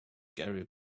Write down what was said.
gary